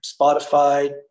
Spotify